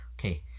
okay